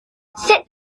sit